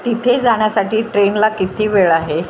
तिथे जाण्यासाठी ट्रेनला किती वेळ आहे